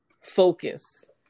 focus